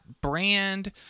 brand